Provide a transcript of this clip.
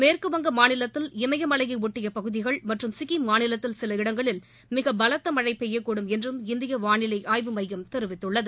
மேற்குவங்க மாநிலத்தில் இமயமலையையொட்டிய பகுதிகள் மற்றும் சிக்கிம் மாநிலத்தில் சில இடங்களில் மிக பலத்த மழை பெய்யக்கூடும் என்றும் இந்திய வாளிலை ஆய்வு மையம் தெரிவித்துள்ளது